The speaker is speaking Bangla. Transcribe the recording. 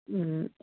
হুম